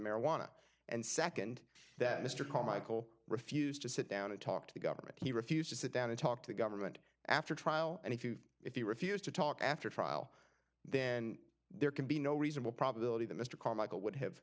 marijuana and nd that mr carmichael refused to sit down and talk to the government he refused to sit down and talk to government after trial and if you if you refuse to talk after trial then there can be no reasonable probability that mr carmichael would have